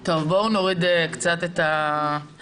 טוב, בואו נוריד קצת את הלהבות.